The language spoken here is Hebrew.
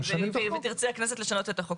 ואם תרצה הכנסת לשנות את החוק,